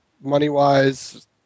money-wise